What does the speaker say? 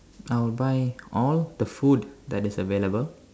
I will buy all the food that is available